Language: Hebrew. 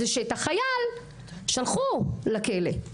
זה שאת החייל שלחו לכלא,